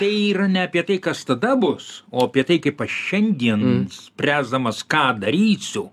tai yra ne apie tai kas tada bus o apie tai kaip aš šiandien spręsdamas ką darysiu